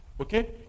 Okay